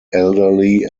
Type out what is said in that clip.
elderly